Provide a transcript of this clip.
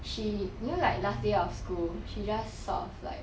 she you know like last day of school she just sort of like